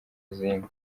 izindi